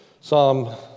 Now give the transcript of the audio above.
Psalm